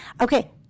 okay